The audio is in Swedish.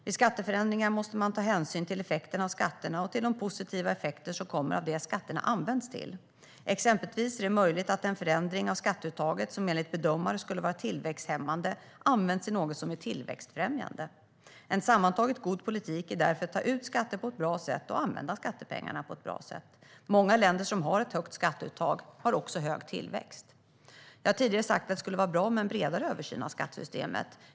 Vid skatteförändringar måste man ta hänsyn till effekter av skatterna och till de positiva effekter som kommer av det skatterna används till. Exempelvis är det möjligt att en förändring av skatteuttaget som enligt bedömare skulle vara tillväxthämmande används till något som är tillväxtfrämjande. En sammantaget god politik är därför att ta ut skatter på ett bra sätt och att använda skattepengarna på ett bra sätt. Många länder som har ett högt skatteuttag har också hög tillväxt. Jag har tidigare sagt att det skulle vara bra med en bredare översyn av skattesystemet.